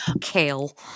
Kale